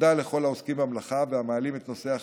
תודה לכל העוסקים במלאכה והמעלים את נושאי